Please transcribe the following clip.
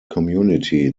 community